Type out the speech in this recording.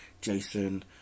jason